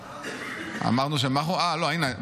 --- הינה,